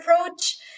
approach